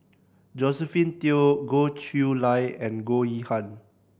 Josephine Teo Goh Chiew Lye and Goh Yihan